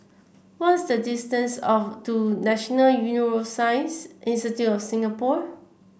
what is the distance of to National Neuroscience Institute of Singapore